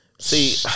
See